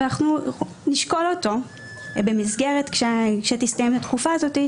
אנחנו נשקול אותו במסגרת כשתסתיים התקופה הזאת,